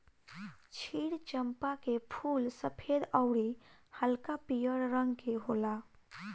क्षीर चंपा के फूल सफ़ेद अउरी हल्का पियर रंग के होला